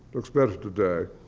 looks better today.